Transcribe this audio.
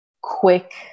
quick